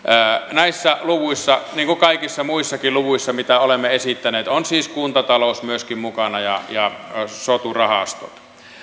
näissä luvuissa niin kuin kaikissa muissakin luvuissa mitä olemme esittäneet on siis kuntatalous myöskin mukana ja ja soturahasto